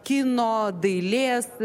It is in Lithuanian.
kino dailės